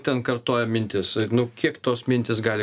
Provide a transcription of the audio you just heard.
ten kartojo mintis nu kiek tos mintys gali